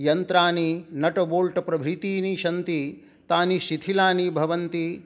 यन्त्राणि nut bolt प्रभृतीनि सन्ति तानि शिथिलानि भवन्ति